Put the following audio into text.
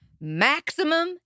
Maximum